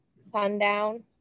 sundown